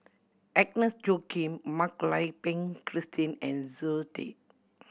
Agnes Joaquim Mak Lai Peng Christine and Zoe Tay